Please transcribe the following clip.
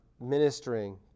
ministering